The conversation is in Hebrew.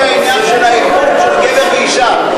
זה העניין של האיחוד של גבר ואישה.